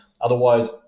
Otherwise